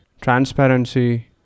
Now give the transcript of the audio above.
transparency